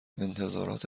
انتظارات